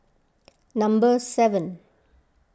number seven